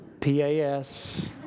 P-A-S